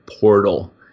portal